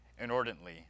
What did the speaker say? inordinately